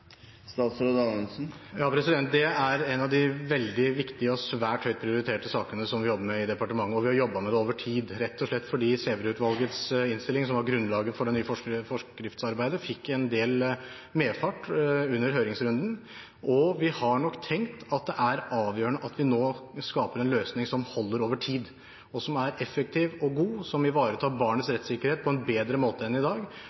er en av de veldig viktige og høyt prioriterte sakene vi jobber med i departementet. Vi har jobbet med det over tid, rett og slett fordi Sæverud-utvalgets innstilling, som var grunnlaget for forskriftsarbeidet, fikk en del medfart under høringsrunden, og vi har nok tenkt at det er avgjørende at vi nå skaper en løsning som holder over tid, som er effektiv og god, som ivaretar barnas rettssikkerhet på en bedre måte enn i dag,